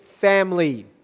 family